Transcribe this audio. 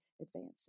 advancing